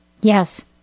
Yes